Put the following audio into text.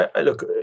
look